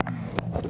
עמית.